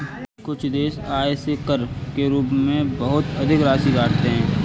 कुछ देश आय से कर के रूप में बहुत अधिक राशि काटते हैं